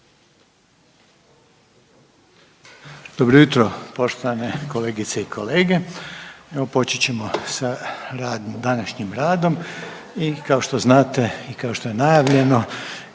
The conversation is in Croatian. Dobro jutro poštovane kolegice i kolege. Evo počet ćemo sa radnim današnjim radom i kao što znate i kao što je najavljeno